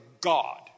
God